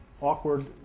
awkward